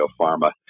Pharma